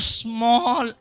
small